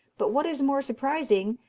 but, what is more surprising,